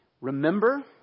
Remember